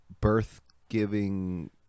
birth-giving